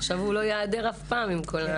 עכשיו הוא לא ייעדר אף פעם מהוועדה.